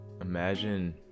imagine